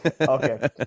Okay